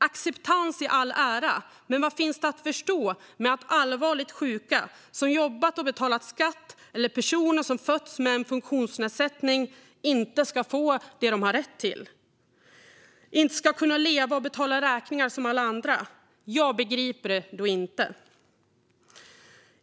Acceptans i all ära, men vad finns det att förstå med att allvarligt sjuka som jobbat och betalat skatt eller personer som fötts med en funktionsnedsättning inte ska få det som de har rätt till och inte kunna leva och betala räkningar som alla andra? Jag begriper det då inte.